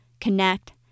connect